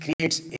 creates